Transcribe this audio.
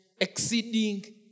exceeding